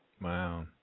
Wow